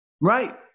right